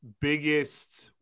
biggest